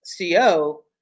CO